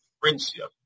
friendship